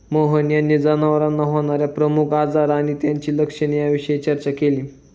मोहन यांनी जनावरांना होणार्या प्रमुख आजार आणि त्यांची लक्षणे याविषयी चर्चा केली